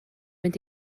mynd